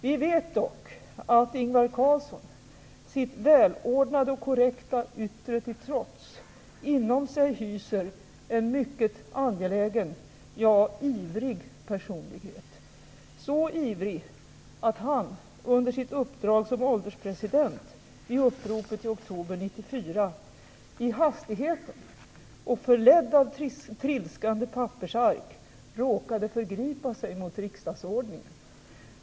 Vi vet dock att Ingvar Carlsson, sitt välordnade och korrekta yttre till trots, inom sig hyser en mycket angelägen, ja ivrig, personlighet. Så ivrig att han, under sitt uppdrag som ålderspresident vid uppropet i oktober 1994, i hastigheten och förledd av trilskande pappersark, råkade förgripa sig mot riksdagsordningen.